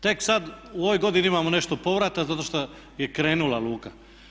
Tek sada u ovoj godini imamo nešto povrata zato što je krenula luka.